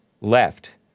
left